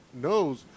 knows